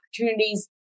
opportunities